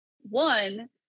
one